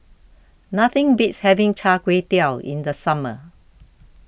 nothing beats having Char Kway Teow in the summer